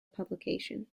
publication